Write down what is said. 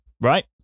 Right